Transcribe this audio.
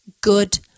good